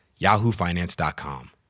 YahooFinance.com